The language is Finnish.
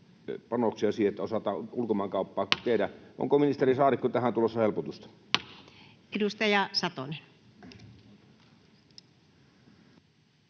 panoksia siihen, että osataan ulkomaankauppaa tehdä. Onko, ministeri Saarikko, tähän tulossa helpotusta? Edustaja Satonen.